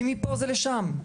כי מפה זה לשם.